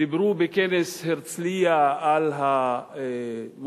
דיברו בכנס הרצלייה על המועד